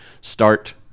start